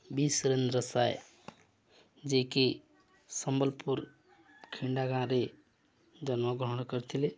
ବି ସୁରେନ୍ଦ୍ର ସାଏ ଯିଏକି ସମ୍ବଲପୁର ଖିଣ୍ଡା ଗାଁରେ ଜନ୍ମଗ୍ରହଣ କରିଥିଲେ